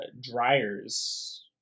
Dryers